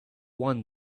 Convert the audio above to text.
won